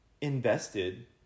invested